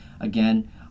Again